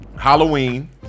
Halloween